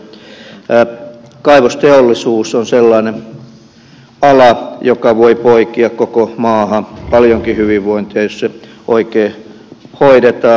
kaivosteollisuus on sellainen ala joka voi poikia koko maahan paljonkin hyvinvointia jos se oikein hoidetaan